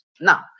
Now